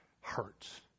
hurts